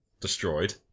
destroyed